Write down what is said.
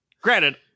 Granted